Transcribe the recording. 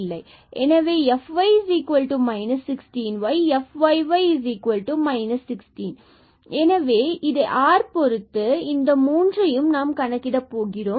எனவே இது fy 16 y எனவே fyy 16என்றாகிறது எனவே இதை r பொறுத்து இந்த மூன்றையும் தற்பொழுது நாம் கணக்கிட போகிறோம்